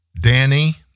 Danny